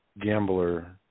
gambler